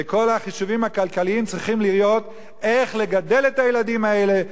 וכל החישובים הכלכליים צריכים להיות איך לגדל את הילדים האלה,